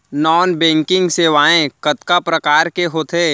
non banking सेवाएं कतका प्रकार के होथे